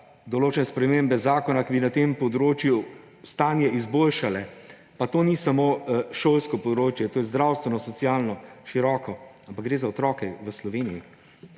določene spremembe zakona, ki bi na tem področju stanje izboljšale. Pa to ni samo šolsko področje, tudi zdravstveno, socialno, široko. Ampak gre za otroke v Sloveniji.